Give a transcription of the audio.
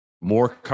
more